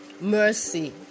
mercy